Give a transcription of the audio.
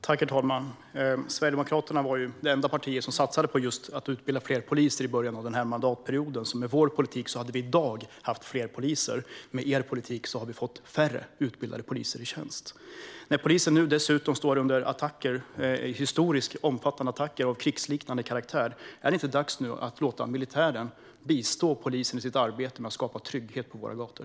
Herr talman! Sverigedemokraterna var det enda partiet som i början av mandatperioden satsade just på att utbilda fler poliser. Med vår politik hade vi alltså haft fler poliser i dag. Med er politik har vi fått färre utbildade poliser i tjänst, Heléne Fritzon. Nu utsätts polisen dessutom för krigsliknande attacker i en historisk omfattning. Är det inte dags att låta militären bistå polisen i arbetet med att skapa trygghet på våra gator?